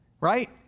right